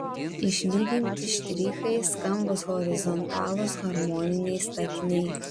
išlyginti štrichai skambūs horizontalūs harmoniniai statiniai